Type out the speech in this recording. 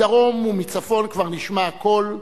מדרום ומצפון כבר נשמע הקול,